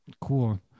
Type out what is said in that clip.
Cool